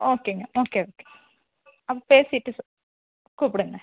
ஓகேங்க okay okay அ பேசிவிட்டு சொ கூப்பிடுங்க